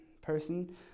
person